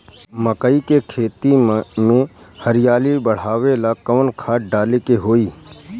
मकई के खेती में हरियाली बढ़ावेला कवन खाद डाले के होई?